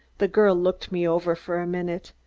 the girl looked me over for a minute.